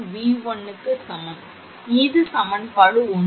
1𝑉1 க்கு சமம் இது சமன்பாடு 1